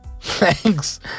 Thanks